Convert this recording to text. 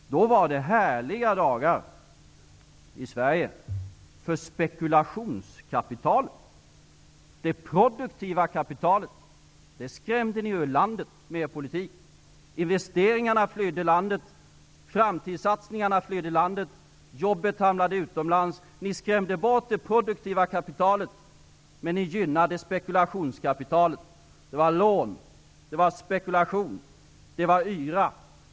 Då var det härliga dagar i Sverige för spekulationskapitalet. Det produktiva kapitalet skrämde de ur landet med sin politik. Investeringarna flydde landet. Framtidssatsningarna flydde landet. Jobben hamnade utomlands. De skrämde bort det produktiva kapitalet, men de gynnade spekulationskapitalet. Det var lån. Det var spekulation. Det var yra.